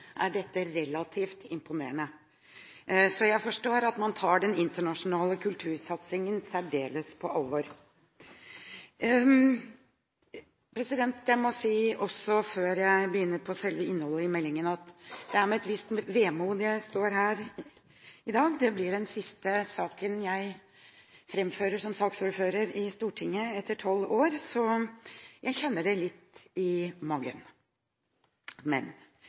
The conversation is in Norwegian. er dette relativt imponerende. Så jeg forstår at man tar den internasjonale kultursatsingen særdeles på alvor. Før jeg begynner på selve innholdet i meldingen, må jeg også si at det er med et visst vemod jeg står her i dag. Dette blir den siste saken jeg framfører som saksordfører i Stortinget etter tolv år, så jeg kjenner det litt i magen.